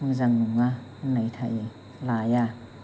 मोजां नङा होननाय थायो लाया